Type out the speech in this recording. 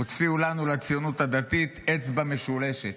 הוציאו לנו, לציונות הדתית, אצבע משולשת.